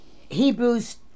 Hebrews